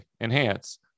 enhance